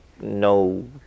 no